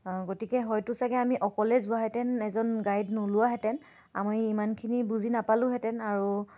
গতিকে হয়তো ছাগৈ আমি অকলে যোৱাহেঁতেন এজন গাইড নোলোৱাহেঁতেন আমি ইমানখিনি বুজি নাপালোঁহেঁতেন আৰু